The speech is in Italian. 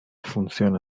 funzione